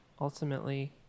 ultimately